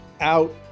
out